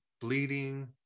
bleeding